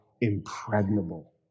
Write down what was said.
impregnable